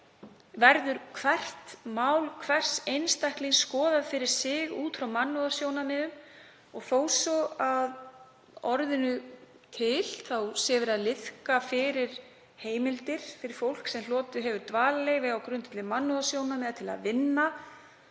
Verður hvert mál hvers einstaklings skoðað fyrir sig út frá mannúðarsjónarmiðum? Þó svo að að orðinu til sé verið að liðka fyrir heimildir fyrir fólk sem hlotið hefur dvalarleyfi á grundvelli mannúðarsjónarmiða til að vinna